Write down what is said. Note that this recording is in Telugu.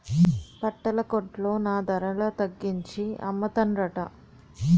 బట్టల కొట్లో నా ధరల తగ్గించి అమ్మతన్రట